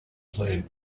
played